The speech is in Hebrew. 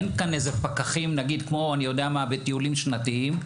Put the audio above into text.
אין כאן פקחים כמו בטיולים שנתיים.